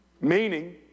Meaning